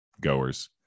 goers